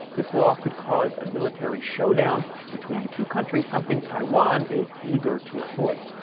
this law could cause a military showdown between the two countries, something taiwan is eager to avoid.